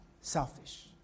selfish